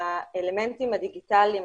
האלמנטים הדיגיטליים,